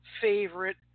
favorite